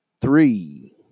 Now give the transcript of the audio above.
three